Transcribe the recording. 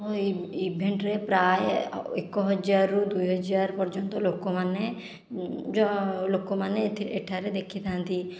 ଓ ଏହି ଇଭେଣ୍ଟରେ ପ୍ରାୟ ଏକ ହଜାରରୁ ଦୁଇହଜାର ପର୍ଯ୍ୟନ୍ତ ଲୋକମାନେ ଲୋକମାନେ ଏଥିରେ ଏଠାରେ ଦେଖିଥାନ୍ତି